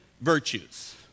virtues